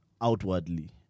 outwardly